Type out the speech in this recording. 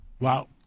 Wow